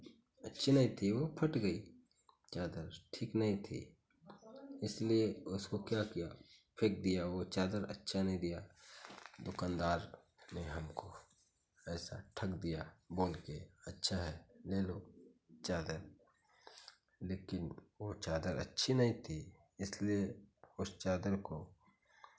अच्छी नहीं थी वो फट गयी चादर ठीक नहीं थी इसलिए उसको क्या किया फेंक दिया वो चादर अच्छा नहीं दिया दुकानदार ने हमको पैसा ठग दिया बोल के अच्छा है ले लो चादर लेकिन वो चादर अच्छी नहीं थी इसलिए उस चादर को